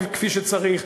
כפי שצריך.